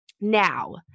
now